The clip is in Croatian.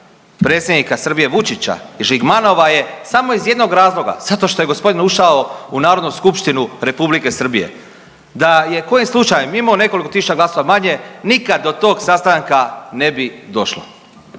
predsjednika Srbije Vučića i Žigmanova je samo iz jednog razloga, zato što je gospodin ušao u Narodnu skupštinu Republike Srbije. Da je kojim slučajem imao nekoliko tisuća glasova manje nikad do tog sastanka ne bi došlo.